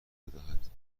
بدهد